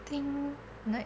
think like